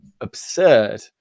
absurd